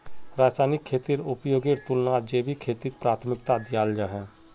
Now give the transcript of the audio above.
रासायनिक खेतीर उपयोगेर तुलनात जैविक खेतीक प्राथमिकता दियाल जाहा